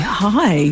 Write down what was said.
hi